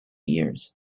years